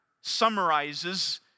summarizes